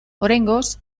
oraingoz